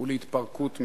ולהתפרקות מערכים?